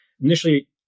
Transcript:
initially